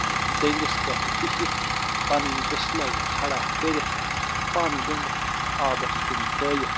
دٔنٛدِس پٮ۪ٹھ بِہِتھ پنٕنۍ بِسلے کھڑا کٔرِتھ پن گٔنٛڈِتھ تہٕ آبس کُن تٔرٲوِتھ